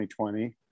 2020